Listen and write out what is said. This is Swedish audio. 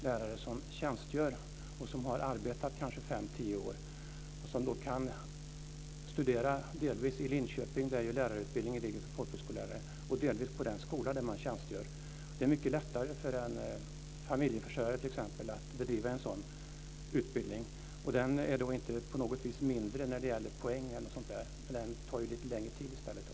Lärare som tjänstgör och som kanske har arbetat i fem, tio år kan då studera delvis i Linköping, där lärarutbildningen ligger för folkhögskolelärare, och delvis på den skola där de tjänstgör. Det är mycket lättare för en familjeförsörjare, t.ex., att gå en sådan utbildning. Den är inte på något sätt mindre omfattande när det gäller poäng eller något sådant. Den tar i stället lite längre tid.